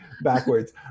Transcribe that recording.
backwards